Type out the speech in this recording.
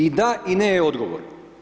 I da i ne je odgovor.